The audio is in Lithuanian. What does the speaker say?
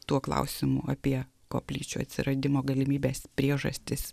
tuo klausimu apie koplyčių atsiradimo galimybes priežastis